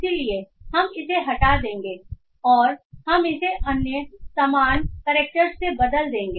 इसलिए हम इसे हटा देंगे और हम इसे अन्य सामान्य कैरेक्टर्स से बदल देंगे